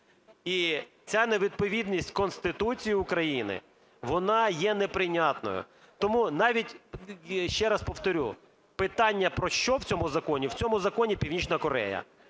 І ця невідповідність Конституції України, вона є неприйнятною. Тому навіть, ще раз повторю, питання про що в цьому законі – в цьому законі Північна Корея.